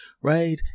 Right